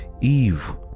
Eve